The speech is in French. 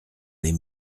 les